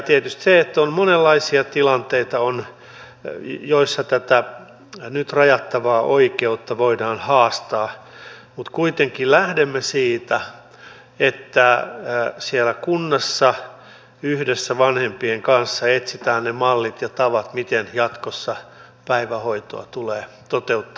tietysti on monenlaisia tilanteita joissa tätä nyt rajattavaa oikeutta voidaan haastaa mutta kuitenkin lähdemme siitä että siellä kunnassa yhdessä vanhempien kanssa etsitään ne mallit ja tavat miten jatkossa päivähoitoa tulee toteuttaa